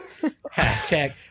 Hashtag